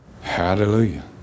Hallelujah